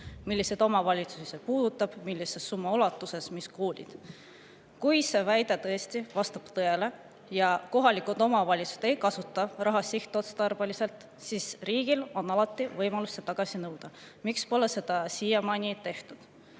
Milliseid omavalitsusi see puudutab, millise summa ulatuses ja mis koole? Kui see väide tõesti vastab tõele ja kohalikud omavalitsused ei kasuta raha sihtotstarbeliselt, siis on riigil alati võimalus see tagasi nõuda. Miks pole seda siiamaani tehtud?